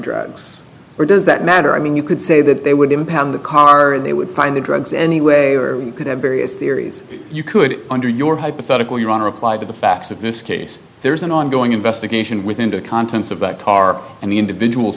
drugs or does that matter i mean you could say that they would impound the car they would find the drugs anyway or could have various theories you could under your hypothetical your own reply to the facts of this case there's an ongoing investigation within the contents of that car and the individuals